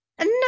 No